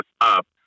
up